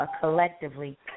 collectively